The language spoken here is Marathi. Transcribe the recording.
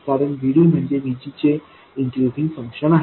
कारण ID म्हणजे VG चे इन्क्रीसिंग फंक्शन आहे